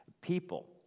people